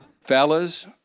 Fellas